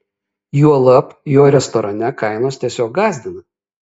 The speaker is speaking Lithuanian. juolab jo restorane kainos tiesiog gąsdina